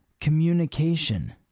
communication